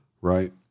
right